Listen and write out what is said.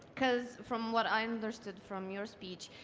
because from what i understood from your speech,